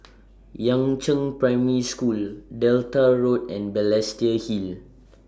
Yangzheng Primary School Delta Road and Balestier Hill